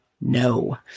no